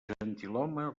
gentilhome